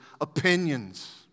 opinions